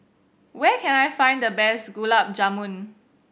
where can I find the best Gulab Jamun